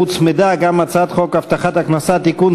הוצמדה גם הצעת חוק הבטחת הכנסה (תיקון,